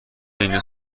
اینجا